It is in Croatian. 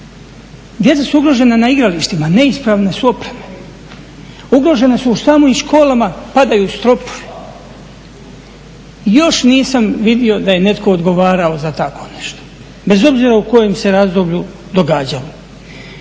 Djeca su ugrožena na igralištima, neispravne su opreme. Ugrožena su u samim školama, padaju stropovi. Još nisam vidio da je netko odgovarao za tako nešto bez obzira u kojem se razdoblju događalo.